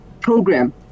program